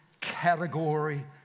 category